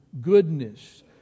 goodness